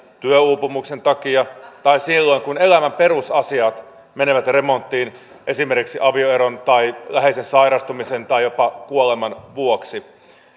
työuupumuksen takia tai silloin kun elämän perusasiat menevät remonttiin esimerkiksi avioeron tai läheisen sairastumisen tai jopa kuoleman vuoksi